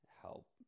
help